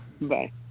Bye